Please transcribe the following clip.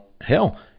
Hell